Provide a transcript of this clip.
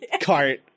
cart